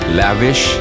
lavish